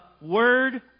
Word